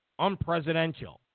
unpresidential